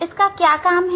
इसका क्या काम है